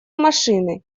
машины